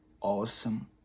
awesome